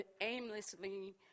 aimlessly